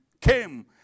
came